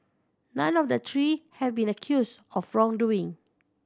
none of the three have been accused wrongdoing